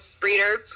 breeder